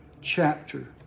chapter